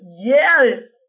yes